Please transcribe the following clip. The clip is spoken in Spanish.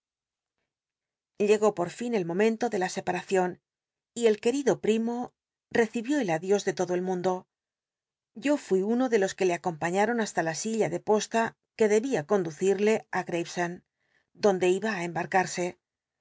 llegó por fin el momento de la separacion y el qucl'itlo primo recibió el ad ios de todo el mundo yo fuí uno de los que le acompañaron basta la silla de posla que debía contlucil'ic á gtayesend donde tj'cll c